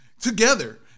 together